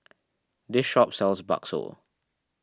this shop sells Bakso